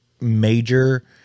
major